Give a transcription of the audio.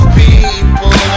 people